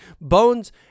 bones